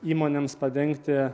įmonėms padengti